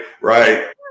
right